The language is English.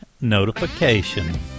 notification